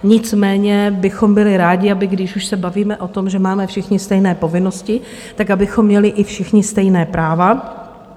Nicméně bychom byli rádi, aby když už se bavíme o tom, že máme všichni stejné povinnosti, tak abychom měli i všichni stejná práva.